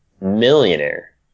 Millionaire